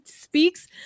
speaks